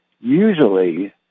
usually